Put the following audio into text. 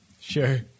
Sure